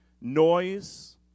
noise